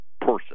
person